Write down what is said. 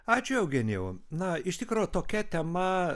ačiū eugenijau na iš tikro tokia tema